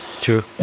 True